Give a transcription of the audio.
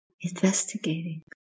investigating